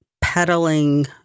peddling